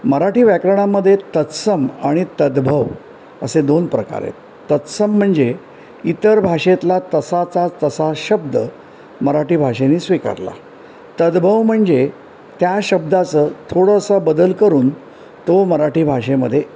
मराठी व्याकरणामध्ये तत्सम आणि तदभव असे दोन प्रकार आहेत तत्सम म्हणजे इतर भाषेतला तसाचा तसा शब्द मराठी भाषेने स्वीकारला तदभव म्हणजे त्या शब्दाचं थोडंसं बदल करून तो मराठी भाषेमध्ये